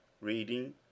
Reading